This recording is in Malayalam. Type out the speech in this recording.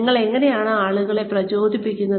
നിങ്ങൾ എങ്ങനെയാണ് ആളുകളെ പ്രചോദിപ്പിക്കുന്നത്